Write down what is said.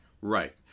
right